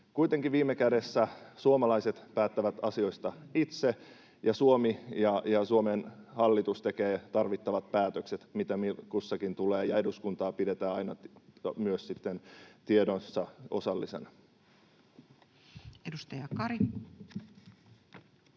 Kuitenkin viime kädessä suomalaiset päättävät asioistaan itse ja Suomi ja Suomen hallitus tekevät tarvittavat päätökset, mitä kulloinkin tulee, ja eduskuntaa pidetään aina myös sitten tiedoissa osallisena. [Speech 13]